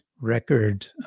record